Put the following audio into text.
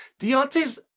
Deontay's